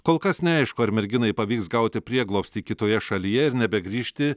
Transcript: kol kas neaišku ar merginai pavyks gauti prieglobstį kitoje šalyje ir nebegrįžti